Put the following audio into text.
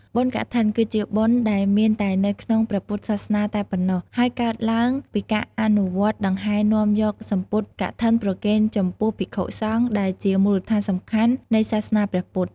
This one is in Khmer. បុណ្យកឋិន គឺជាបុណ្យដែលមានតែនៅក្នុងព្រះពុទ្ធសាសនាតែប៉ុណ្ណោះ ហើយកើតឡើងពីការអនុវត្តដង្ហែរនាំយកសំពត់កឋិនប្រគេនចំពោះភិក្ខុសង្ឃ ដែលជាមូលដ្ឋានសំខាន់នៃសាសនាព្រះពុទ្ធ។